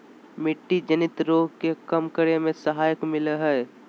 मिट्टी जनित रोग के कम करे में सहायता मिलैय हइ